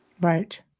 Right